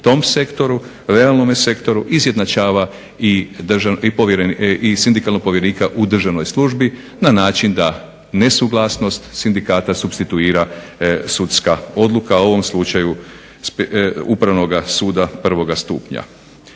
tom sektoru, realnom sektoru izjednačava i sindikalnog povjerenika u državnoj službi na način da nesuglasnost sindikata supstituira sudska odluka u ovom slučaju upravnoga suda prvog stupnja.